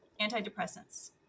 antidepressants